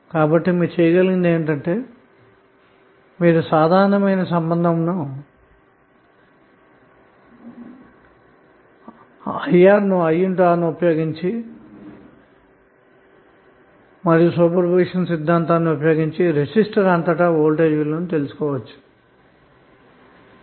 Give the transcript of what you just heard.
కాబట్టిసాధారణ సమీకరణమైన Ir ను మరియు సూపర్ పొజిషన్ సిద్ధాంతాన్ని ఉపయోగించి రెసిస్టర్ అంతటా వోల్టేజ్ విలువను తెలుసుకోవచ్చును